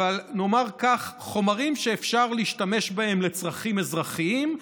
אבל נאמר כך: חומרים שאפשר להשתמש בהם לצרכים אזרחיים,